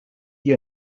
die